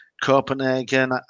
Copenhagen